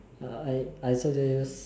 I I I I also never use